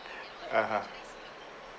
(uh huh)